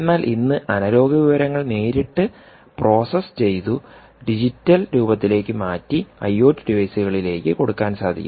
എന്നാൽ ഇന്ന് അനലോഗ് വിവരങ്ങൾ നേരിട്ട് പ്രോസസ് ചെയ്തു ഡിജിറ്റൽ രൂപത്തിലേക്ക് മാറ്റി ഐഒടി ഡിവൈസുകളിലേക്ക് കൊടുക്കാൻ സാധിക്കും